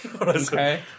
Okay